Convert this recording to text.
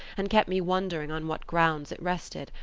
and kept me wondering on what grounds it rested,